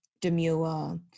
demure